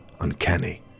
uncanny